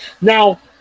Now